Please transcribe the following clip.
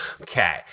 Okay